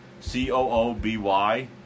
C-O-O-B-Y